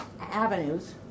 avenues